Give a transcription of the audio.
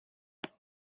step